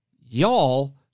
Y'all